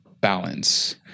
balance